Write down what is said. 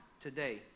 today